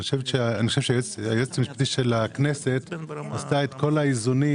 אני חושב שהיועצת המשפטית של הכנסת עשתה את כול האיזונים